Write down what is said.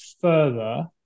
further